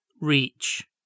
reach